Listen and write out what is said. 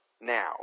now